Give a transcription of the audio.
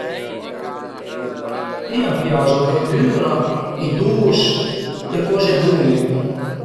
Mi a m'pias la verdüra, i dus, le coze bun-e